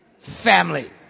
family